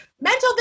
mental